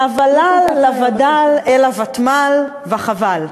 מהוול"ל לווד"ל, אל הוותמ"ל, וחבל.